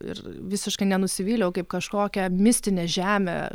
ir visiškai nenusivyliau kaip kažkokia mistine žeme